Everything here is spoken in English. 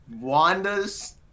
Wanda's